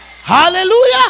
Hallelujah